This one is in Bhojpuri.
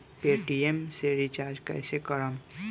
पेटियेम से रिचार्ज कईसे करम?